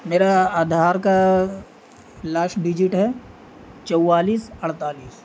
میرا آدھار کا last digit ہے چوالیس اڑتالیس